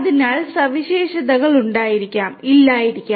അതിനാൽ സവിശേഷതകൾ ഉണ്ടായിരിക്കാം ഇല്ലായിരിക്കാം